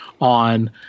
on